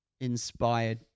inspired